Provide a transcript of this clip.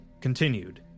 Continued